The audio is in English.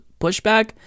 pushback